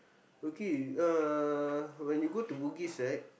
okay uh when you go to Bugis right